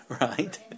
Right